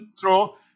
throw